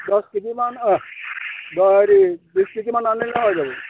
দহ কেজি মান অঁ বিশ কেজি মান আনিলে হৈ যাব